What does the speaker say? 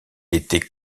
était